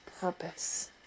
purpose